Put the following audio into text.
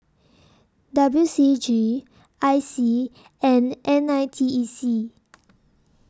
W C G I C and N I T E C